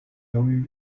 由于